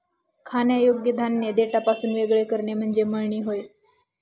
खाण्यायोग्य धान्य देठापासून वेगळे करणे म्हणजे मळणी होय